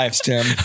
Tim